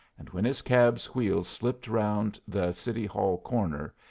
and when his cab's wheels slipped around the city hall corner,